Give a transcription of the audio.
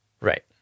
Right